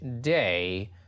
day